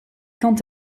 quant